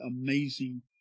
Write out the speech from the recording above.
amazing